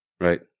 right